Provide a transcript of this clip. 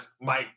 Mike